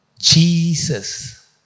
Jesus